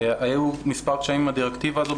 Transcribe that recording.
היו מספר קשיים בדירקטיבה הזו.